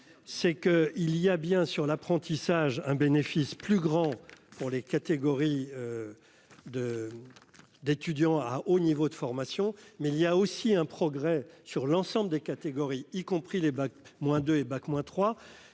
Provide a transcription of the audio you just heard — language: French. c'est que il y a bien sûr l'apprentissage un bénéfice plus grand pour les catégories de d'étudiants à au niveau de formation, mais il y a aussi un progrès sur l'ensemble des catégories, y compris les bac moins